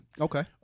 Okay